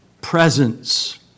presence